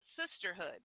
sisterhood